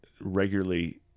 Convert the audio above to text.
regularly